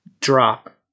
drop